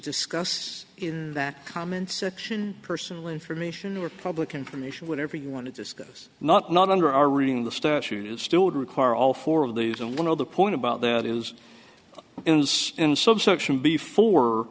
discuss in that comment section personal information or public information whatever you want to discuss not not under our reading the statute still would require all four of these and one other point about that is ins in subsection before